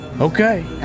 okay